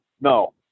No